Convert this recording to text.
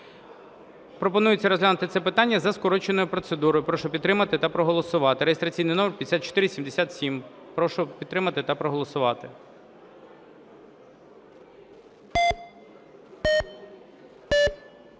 Пропонується розглянути це питання за скороченою процедурою. Прошу підтримати та проголосувати. Реєстраційний номер 5477. Прошу підтримати та проголосувати.